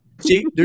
See